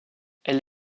elle